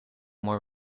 more